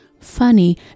Funny